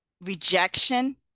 rejection